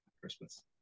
christmas